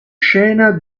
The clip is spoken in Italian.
scena